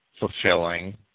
fulfilling